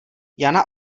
jana